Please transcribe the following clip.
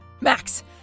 Max